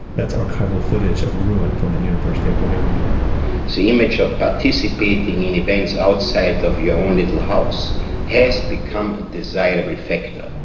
that's archival footage of gruen from the university of wyoming so the image of participating in events outside of your own little house has become a desired reflector.